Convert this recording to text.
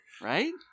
right